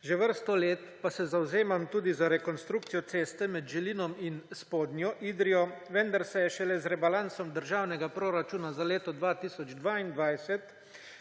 Že vrsto let pa se zavzemam tudi za rekonstrukcijo ceste med Želinom in Spodnjo Idrijo, vendar se je šele z rebalansom državnega proračuna za leto 2022